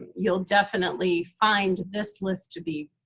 you'll definitely find this list to be